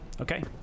Okay